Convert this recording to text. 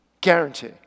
guarantee